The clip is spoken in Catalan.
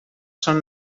son